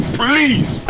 please